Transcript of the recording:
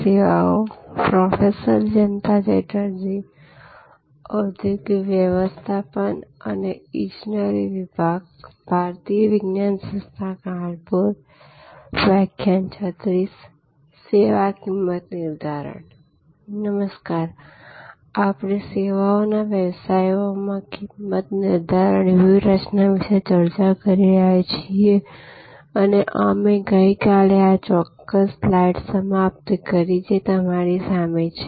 સેવા કિંમત નિર્ધારણ નમસ્કાર આપણે સેવાઓના વ્યવસાયોમાં કિંમત નિર્ધારણ વ્યૂહરચનાઓ વિશે ચર્ચા કરી રહ્યા છીએ અને અમે ગઈકાલે આ ચોક્કસ સ્લાઇડ સમાપ્ત કરી જે તમારી સામે છે